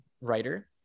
writer